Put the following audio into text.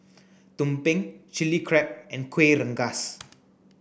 Tumpeng chili crab and Kuih Rengas